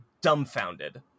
dumbfounded